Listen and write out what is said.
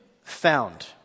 found